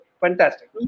Fantastic